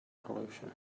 pollution